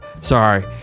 Sorry